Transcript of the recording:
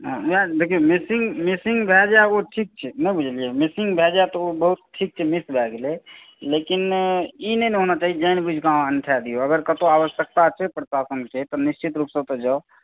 वएह देखियौ मिसिंग भय जाए ओ ठीक छै नहि बुझलियै मिसिंग भय जाएत तऽ ओ बहुत ठीक छै ओ मिस भय गेलै लेकिन ई नहि ने होना चाही जानि बुझिकऽ अपना अन्ठा दियौ अगर कतहुँ आवश्यकता छै प्रशाशनकेँ तऽ निश्चित रुपसँ ओतऽ